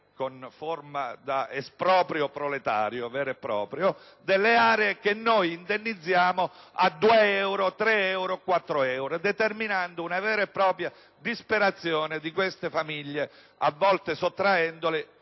con forma da esproprio proletario vero e proprio, delle aree che noi indennizziamo a 2, 3 o 4 euro, determinando una vera e propria disperazione di queste famiglie. A volte le sottraiamo